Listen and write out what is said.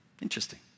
Interesting